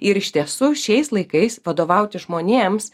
ir iš tiesų šiais laikais vadovauti žmonėms